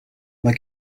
mae